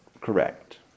correct